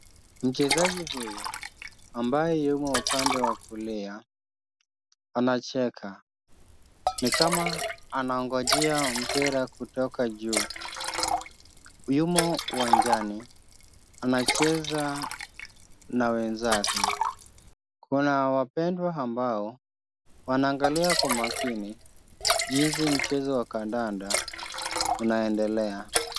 Mchezaji huyu ambaye yumo upande wa kulia anacheka, ni kama anangojea mpira kutoka juu, yumo uwanjani anacheza na wenzake, kuna wapendwa ambao wanaangalia kwa makini jinsi mchezo wa kandanda unaendelea.